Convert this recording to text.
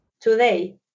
today